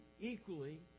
equally